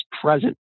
present